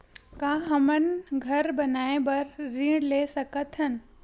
का हमन घर बनाए बार ऋण ले सकत हन?